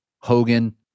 Hogan